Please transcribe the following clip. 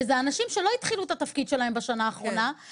ואלה אנשים שלא התחילו את התפקיד שלהם בשנה האחרונה,